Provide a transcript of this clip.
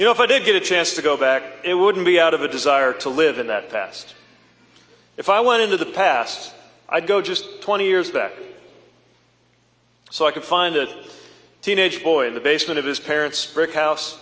you know if i did get a chance to go back it wouldn't be out of a desire to live in that past if i went into the past i go just twenty years back so i could find a teenage boy in the basement of his parents brick house